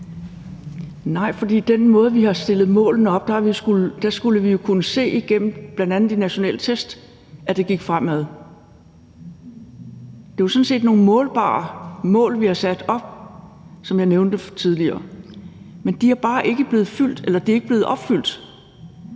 Nej, for med den måde, vi har stillet målene op på, skulle vi jo bl.a. gennem de nationale test kunne se, at det går fremad. Det er jo sådan set nogle målbare mål, vi har sat op, sådan som jeg nævnte tidligere, men de er bare ikke blevet opfyldt. Så kan vi jo